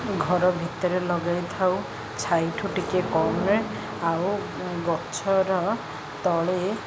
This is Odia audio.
ଘର ଭିତରେ ଲଗେଇଥାଉ ଛାଇଠୁ ଟିକିଏ କମରେ ଆଉ ଗଛର ତଳେ